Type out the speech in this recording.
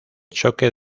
choque